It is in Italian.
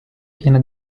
piena